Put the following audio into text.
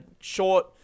short